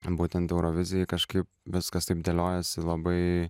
būtent eurovizijai kažkaip viskas taip dėliojosi labai